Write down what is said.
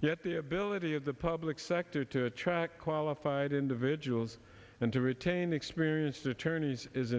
yet the ability of the public sector to attract qualified individuals and to retain experienced attorneys is